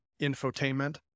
infotainment